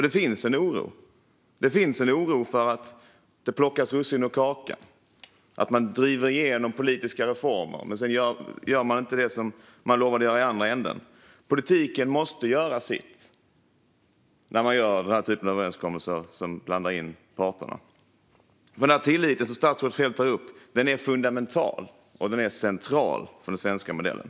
Det finns dock en oro för att det plockas russin ur kakan, att man driver igenom politiska reformer men inte gör det som man lovade i andra änden. Politiken måste göra sitt när man träffar överenskommelser som denna, där parterna blandas in. Den tillit som statsrådet tar upp är fundamental och central för den svenska modellen.